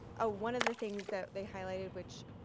ah one of the things that they highlighted which,